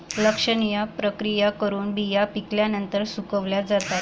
लक्षणीय प्रक्रिया करून बिया पिकल्यानंतर सुकवल्या जातात